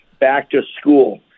back-to-school